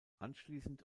anschließend